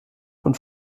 und